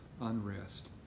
unrest